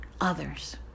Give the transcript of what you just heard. others